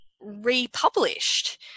republished